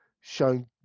shown